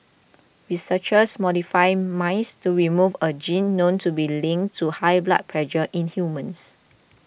researchers modified mice to remove a gene known to be linked to high blood pressure in humans